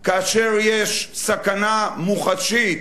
כאשר יש סכנה מוחשית